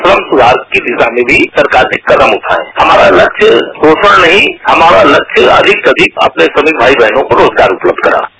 श्रम सुधार की दिशा में भी सरकार ने कदम उठाये है हमारा लक्ष्य शोषघ नहीं हमारा लक्ष्य अधिक से अधिक अपने भाई बहनों को रोजगार उपलब्ध कराना है